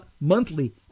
monthly